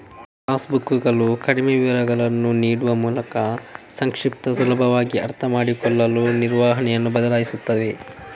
pass ಬುಕ್ಕುಗಳು ಕಡಿಮೆ ವಿವರಗಳನ್ನು ನೀಡುವ ಮೂಲಕ ಸಂಕ್ಷಿಪ್ತ, ಸುಲಭವಾಗಿ ಅರ್ಥಮಾಡಿಕೊಳ್ಳಲು ವಿವರಣೆಯನ್ನು ಬದಲಾಯಿಸುತ್ತವೆ